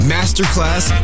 Masterclass